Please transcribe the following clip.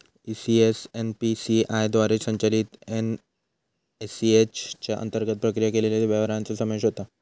ECS NPCI द्वारे संचलित NACH च्या अंतर्गत प्रक्रिया केलेल्या व्यवहारांचो समावेश होता